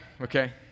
okay